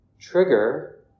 trigger